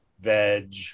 veg